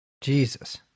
Jesus